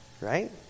right